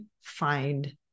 find